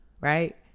right